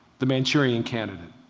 the manchurian candidate.